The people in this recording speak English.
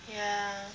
ya